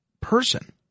person